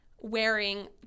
wearing